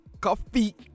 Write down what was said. coffee